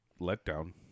letdown